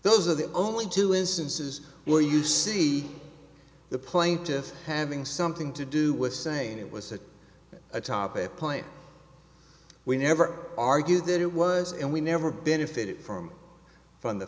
those are the only two instances where you see the plaintiffs having something to do with saying it was atop a plane we never argued that it was and we never benefited from from the